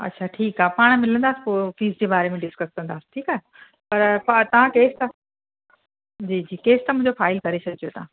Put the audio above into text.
अछा ठीकु आहे पाण मिलंदासि पोइ फ़ीस जे बारे में डिस्कस पर कंदासि ठीकु आहे पर तव्हां टेस्ट जी जी केस त मुंहिंजो फाइल करे छॾिजो